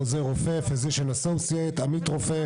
עוזר רופא, עמית רופא.